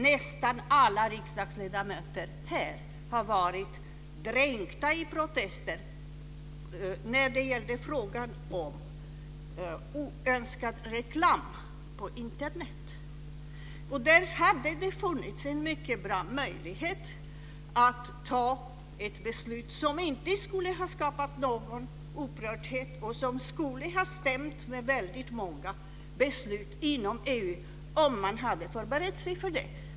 Nästan alla riksdagsledamöter här har varit dränkta i protester i frågan om oönskad reklam på Internet. Där hade det funnits en mycket bra möjlighet att fatta ett beslut som inte skulle ha skapat någon upprördhet och som skulle ha stämt med många beslut inom EU, om man hade förberett sig för det.